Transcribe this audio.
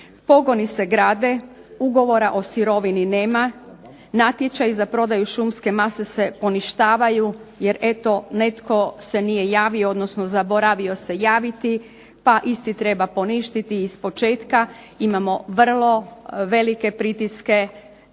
Pogoni se grade, ugovora o sirovini nema, natječaji za prodaju šumske mase se poništavaju jer netko se nije javio, odnosno zaboravio se javiti, pa isti treba poništiti i ispočetka, imamo vrlo velike pritiske